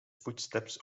footsteps